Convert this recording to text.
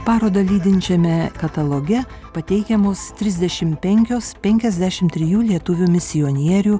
parodą lydinčiame kataloge pateikiamos trisdešim penkios penkiasdešim trijų lietuvių misionierių